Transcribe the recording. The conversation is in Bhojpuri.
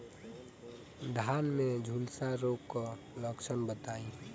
धान में झुलसा रोग क लक्षण बताई?